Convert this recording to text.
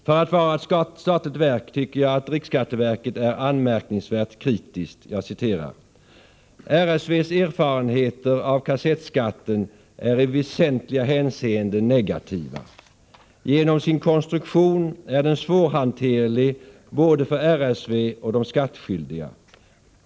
För att vara ett statligt verk tycker jag att riksskatteverket är anmärkningsvärt kritiskt: ”RFV:s erfarenheter av kassettskatten är i väsentliga hänseenden negativa. Genom sin konstruktion är den svårhanterlig både för RSV och de skattskyldiga.